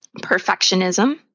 perfectionism